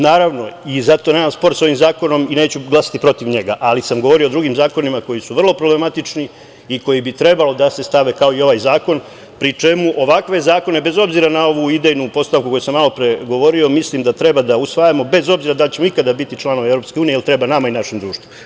Naravno, i zato nemam spor sa ovim zakonom i neću glasati protiv njega, ali sam govorio o drugim zakonima koji su vrlo problematični i koji bi trebalo da se stave kao i ovaj zakon, pri čemu ovakve zakone, bez obzira na ovu idejnu postavku o kojoj sam malopre govorio, mislim da treba da usvajamo bez obzira da li ćemo ikada biti članovi EU jer treba nama i našem društvu.